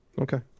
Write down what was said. Okay